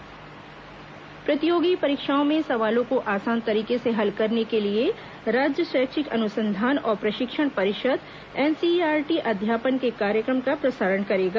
प्रतियोगी परीक्षा प्रतियोगी परीक्षाओं में सवालों को आसान तरीके से हल करने के लिए राज्य शैक्षिक अनुसंधान और प्रशिक्षण परिषद एनसीईआरटी अध्यापन के कार्यक्रम का प्रसारण करेगा